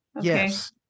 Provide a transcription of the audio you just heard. Yes